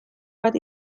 bat